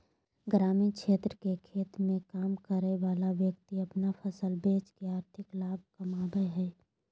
ग्रामीण क्षेत्र के खेत मे काम करय वला व्यक्ति अपन फसल बेच के आर्थिक लाभ कमाबय हय